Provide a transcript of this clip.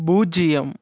பூஜ்ஜியம்